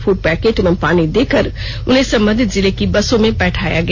food packet एवं पानी देकर उन्हें संबंधित जिले की बसों में बैठाया गया